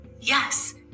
Yes